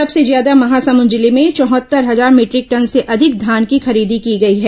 सबसे ज्यादा महासमुद जिले में चौहत्तर हजार मीटरिक टन से अधिक धान की खरीदी की गई है